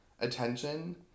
attention